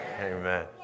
Amen